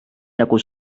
nagu